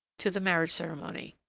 to the marriage-ceremony,